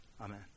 Amen